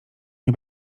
nie